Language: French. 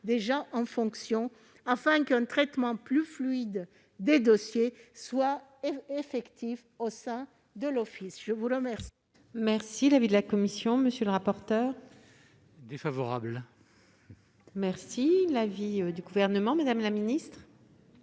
des agents déjà en fonction afin qu'un traitement plus fluide des dossiers soit effectif au sein de l'Office. Quel